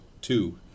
Two